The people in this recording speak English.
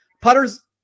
Putter's